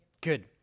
Good